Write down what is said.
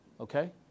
Okay